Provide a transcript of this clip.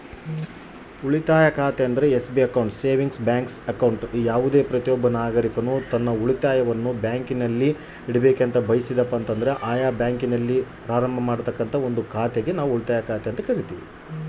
ಉಳಿತಾಯ ಖಾತೆ ಬಗ್ಗೆ ತಿಳಿಸಿ?